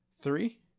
three